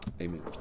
Amen